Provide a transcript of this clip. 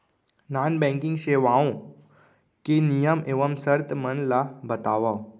non banking सेवाओं के नियम एवं शर्त मन ला बतावव